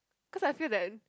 cause I feel that